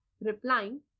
replying